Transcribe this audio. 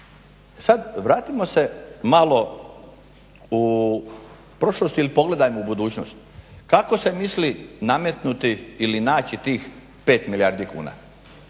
Sad vratimo se malo u prošlost ili pogledajmo u budućnost, kako se misli nametnuti ili naći tih 5 milijardi kuna?